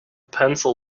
pencil